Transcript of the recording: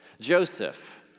Joseph